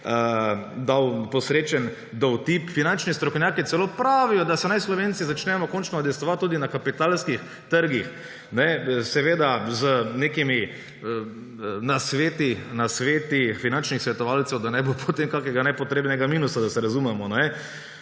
dal posrečen dovtip. Finančni strokovnjaki celo pravijo, da naj se Slovenci začnemo končno udejstvovati tudi na kapitalskih trgih, seveda z nekimi nasveti finančnih svetovalcev, da ne bo potem kakšne nepotrebnega minusa, da se razumemo.